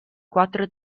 quattro